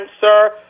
sir